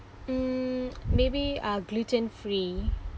mm maybe uh gluten free